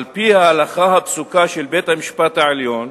על-פי ההלכה הפסוקה של בית-המשפט העליון,